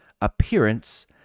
appearance